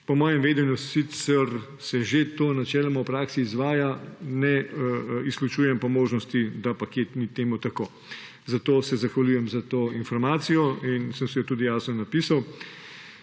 Po mojem vedenju sicer se že to načeloma v praksi izvaja, ne izključujem pa možnosti, da pa kje ni temu tako. Zato se zahvaljujem za to informacijo in sem si jo tudi jasno napisal.